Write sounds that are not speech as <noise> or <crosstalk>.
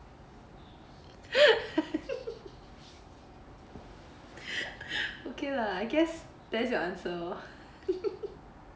<laughs> okay lah I guess there's your answer <laughs>